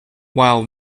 while